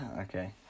Okay